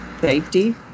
safety